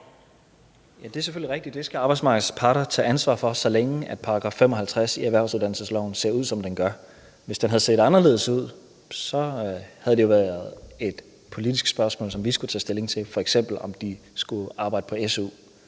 det er selvfølgelig rigtigt; det skal arbejdsmarkedets parter tage ansvar for, så længe § 55 i erhvervsuddannelsesloven ser ud, som den gør. Hvis den havde set anderledes ud, havde det jo været et politisk spørgsmål, som vi skulle tage stilling til, f.eks. om de skulle arbejde på SU.